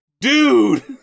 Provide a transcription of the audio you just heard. dude